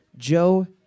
Joe